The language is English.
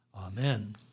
Amen